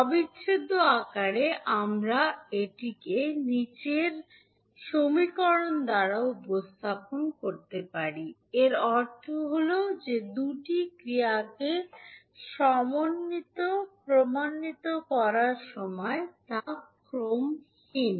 অবিচ্ছেদ্য আকারে আপনি কী উপস্থাপন করবেন এর অর্থ হল যে দুটি ক্রিয়াকে ক্রমান্বিত করা হয় তা ক্রমহীন